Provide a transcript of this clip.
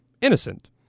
innocent